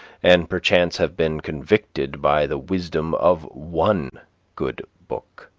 and perchance have been convicted by the wisdom of one good book,